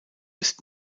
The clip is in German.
ist